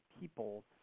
people